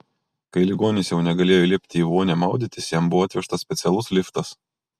kai ligonis jau negalėjo įlipti į vonią maudytis jam buvo atvežtas specialus liftas